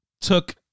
took